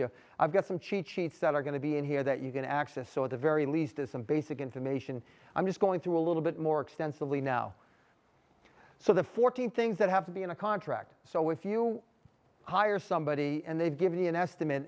you i've got some cheat sheets that are going to be in here that you can access so at the very least is some basic information i'm just going through a little bit more extensively now so the fourteen things that have to be in a contract so if you hire somebody and they've given an estimate